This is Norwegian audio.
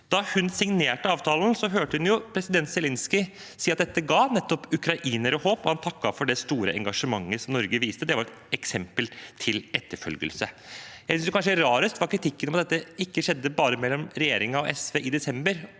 ble signert, hørte hun president Zelenskyj si at nettopp dette ga ukrainere håp, og han takket for det store engasjementet som Norge viser – at det var et eksempel til etterfølgelse. Det som kanskje er rarest, er kritikken av at dette ikke skjedde bare mellom regjeringen og SV i desember,